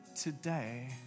Today